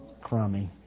crummy